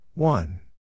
One